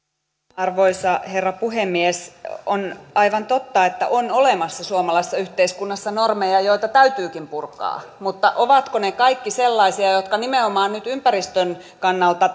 arvoisa herra puhemies on aivan totta että suomalaisessa yhteiskunnassa on olemassa normeja joita täytyykin purkaa mutta ovatko ne kaikki sellaisia että normin purkaminen nimenomaan nyt ympäristön kannalta